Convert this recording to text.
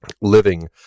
living